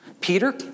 Peter